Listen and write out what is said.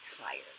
tired